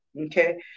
okay